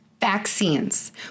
vaccines